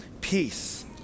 peace